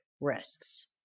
risks